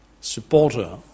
supporter